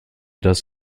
das